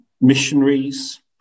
missionaries